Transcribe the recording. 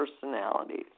personalities